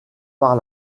par